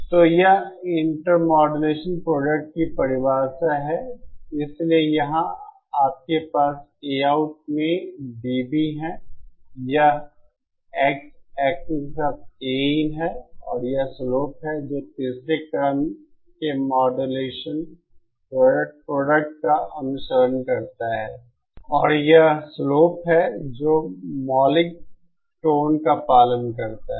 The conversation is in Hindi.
तो यह इंटरमोड्यूलेशन प्रोडक्ट की परिभाषा है इसलिए यहां आपके पास Aout में dB है यह एक्स एक्सिस के साथ Ain है और यह स्लोप है जो तीसरे क्रम के मॉड्यूलेशन प्रोडक्ट का अनुसरण करता है और यह स्लोप है जो मौलिक टोन का पालन करता है